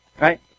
Right